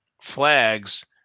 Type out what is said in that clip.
flags